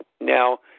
now